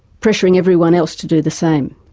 pressuring everyone else to do the same.